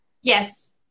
Yes